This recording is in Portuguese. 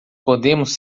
podemos